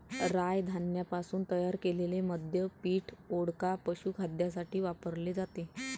राय धान्यापासून तयार केलेले मद्य पीठ, वोडका, पशुखाद्यासाठी वापरले जाते